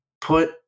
put